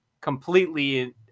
completely